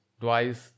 twice